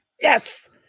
Yes